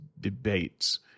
debates